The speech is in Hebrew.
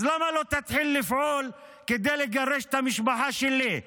אז למה לא תתחיל לפעול כדי לגרש את המשפחה שלי?